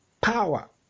power